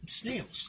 Snails